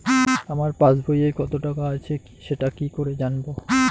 আমার পাসবইয়ে কত টাকা আছে সেটা কি করে জানবো?